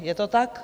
Je to tak?